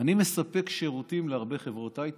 אני מספק שירותים להרבה חברות הייטק,